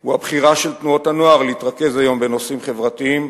הוא הבחירה של תנועות הנוער להתרכז היום בנושאים חברתיים,